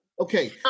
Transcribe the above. Okay